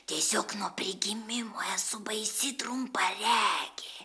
tiesiog nuo prigimimo esu baisi trumparegė